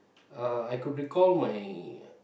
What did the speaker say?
uh I could recall my